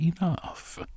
enough